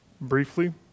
briefly